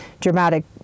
dramatic